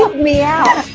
help me out